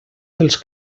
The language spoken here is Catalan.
dels